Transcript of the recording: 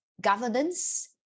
governance